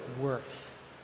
worth